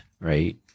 right